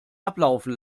ablaufen